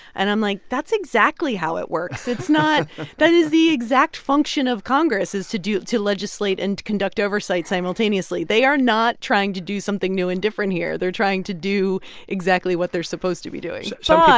and i'm like, that's exactly how it works. it's not that is the exact function of congress is to do to legislate and to conduct oversight simultaneously. they are not trying to do something new and different here. they're trying to do exactly what they're supposed to be doing. but.